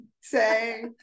say